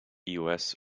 ios